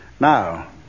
Now